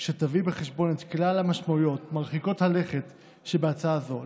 שתביא בחשבון את כלל המשמעויות מרחיקות הלכת שבהצעה זו.